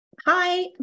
Hi